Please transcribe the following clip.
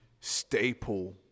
staple